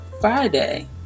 Friday